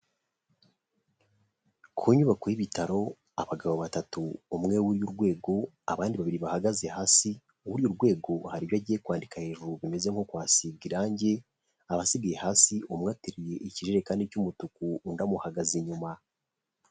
Ku nyubako y'ibitaro, abagabo batatu umwe wuriye urwego abandi babiri bahagaze hasi, uwuriye urwego hari ibyo agiye kwandika hejuru bimeze nko kuhasiga irangi, abasigaye hasi umwe ateruye ikijerekani cy'umutuku undi amuhagaze inyuma.